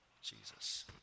Jesus